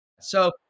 So-